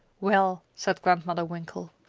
well, said grandmother winkle,